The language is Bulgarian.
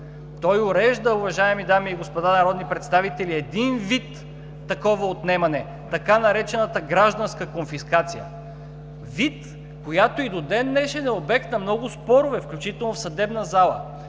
Той урежда, уважаеми дами и господа народни представители, един вид такова отнемане, така наречената „гражданска конфискация“, която и до ден-днешен е обект на много спорове, включително и в съдебна зала,